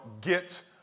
get